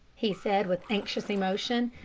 he said, with anxious emotion,